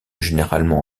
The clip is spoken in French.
généralement